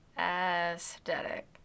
aesthetic